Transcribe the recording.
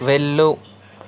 వెళ్ళు